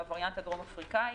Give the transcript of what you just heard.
עם הווריאנט הדרום אפריקאי.